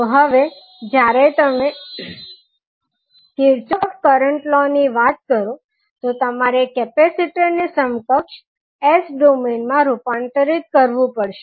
તો હવે જ્યારે તમે કિર્ચોફ કરંટ લોની વાત કરો તો તમારે કેપેસિટર ને સમકક્ષ S ડોમેઇન માં રૂપાંતરિત કરવું પડશે